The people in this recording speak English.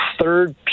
third